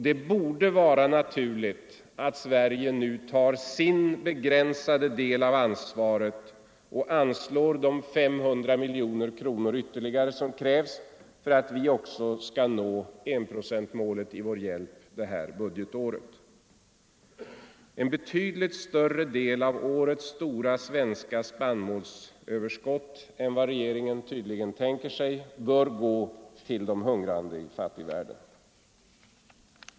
Det borde vara naturligt att Sverige nu tar sin begränsade del av ansvaret och anslår de ytterligare 500 miljoner kronor som krävs för att vi också skall nå enprocentsmålet i vår hjälp detta budgetår. En betydligt större del av årets stora svenska spannmålsöverskott än regeringen tydligen tänker sig bör gå till de hungrande i fattigvärlden.